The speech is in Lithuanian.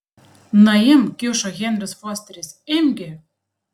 na imk kišo henris fosteris imk gi